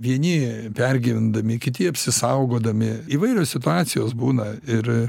vieni pergyvendami kiti apsisaugodami įvairios situacijos būna ir